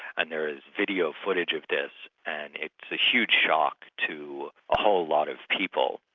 and there is video footage of this and it's a huge shock to a whole lot of people.